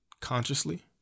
consciously